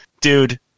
Dude